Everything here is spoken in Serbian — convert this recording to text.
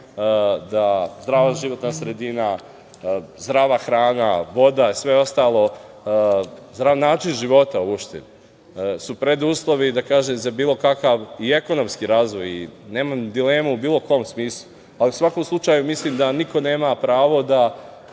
da zdrava životna sredina, zdrava hrana, voda, sve ostalo, zdrav način života uopšte, su preduslovi za bilo kakav i ekonomski razvoj i nemam dilemu u bilo kom smislu, ali u svakom slučaju, mislim da niko nema pravo da